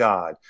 God